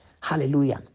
Hallelujah